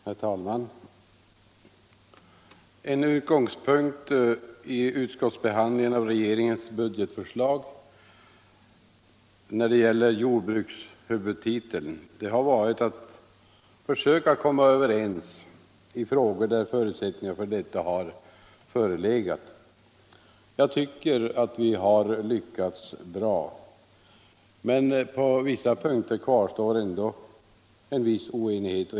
Herr talman! En utgångspunkt för utskottsbehandlingen av regeringens budgetförslag när det gäller jordbrukshuvudtiteln har varit att försöka komma överens i frågor där förutsättningar för detta har förelegat. Jag tycker att vi har lyckats bra. Men på vissa punkter kvarstår oenighet.